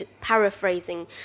paraphrasing